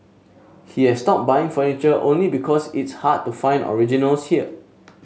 he has stopped buying furniture only because it's hard to find originals here